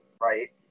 right